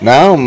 Now